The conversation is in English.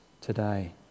today